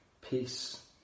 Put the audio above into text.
peace